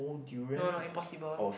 no no impossible